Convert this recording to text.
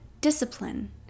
discipline